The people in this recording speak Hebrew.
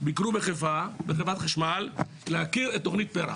ביקרו בחיפה בחברת חשמל להכיר את תוכנית פר"ח,